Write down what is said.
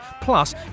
Plus